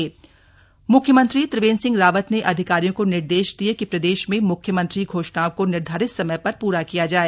CM बैठक म्ख्यमंत्री त्रिवेन्द्र सिंह रावत ने अधिकारियों को निर्देश दिये कि प्रदेश में म्ख्यमंत्री घोषणाओं को निर्धारित समय पर प्रा किया जाय